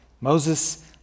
Moses